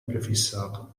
prefissato